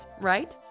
right